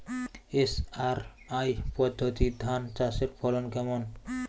SRI পদ্ধতি ধান চাষের ফলন কেমন?